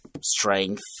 strength